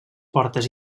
portes